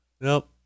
Nope